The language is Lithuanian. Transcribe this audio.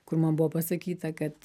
kur man buvo pasakyta kad